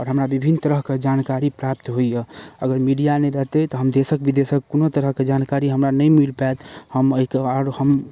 आओर हमरा विभिन्न तरहके जानकारी प्राप्त होइए अगर मीडिया नहि रहितै तऽ हम देशक विदेशक कोनो तरहके जानकारी हमरा नहि मिल पाओत हम अइके आओर हम